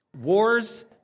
wars